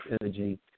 energy